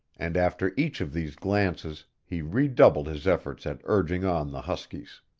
and after each of these glances he redoubled his efforts at urging on the huskies.